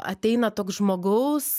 ateina toks žmogaus